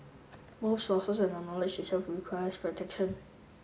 sources and the knowledge itself require protection